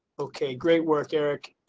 okay, great work, eric.